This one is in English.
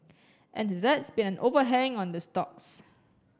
and that's been an overhang on the stocks